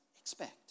expect